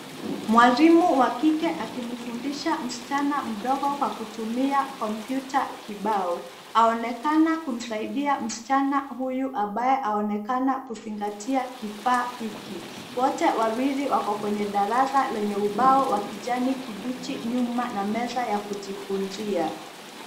Mwalimu wa kike akimfundisha msichana mdogo kwa kutumia kompyuta kibao aonekana kumsaidia msichana huyu ambaye aonekana kuzingatia kifaa hiki. Wote wawili wako kwenye darasa lenye ubao wa kijani kibichi nyuma na meza kujifunzia.